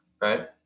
Right